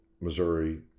Missouri